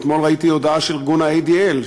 אתמול ראיתי הודעה של ארגון ה-ADL,